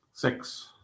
Six